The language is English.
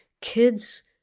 kids